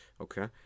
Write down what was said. Okay